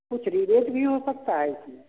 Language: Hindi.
कुछ भी हो सकता है इसमें